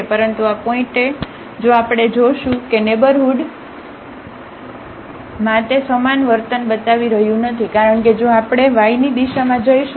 પરંતુ આ પોઇન્ટએ જો આપણે જોશું કે નેઇબરહુડમાં તે સમાન વર્તન બતાવી રહ્યું નથી કારણ કે જો આપણે yની દિશામાં જઈશું